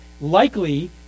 likely